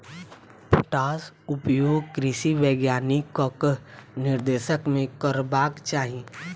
पोटासक उपयोग कृषि वैज्ञानिकक निर्देशन मे करबाक चाही